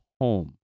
home